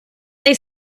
they